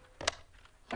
באיו"ש.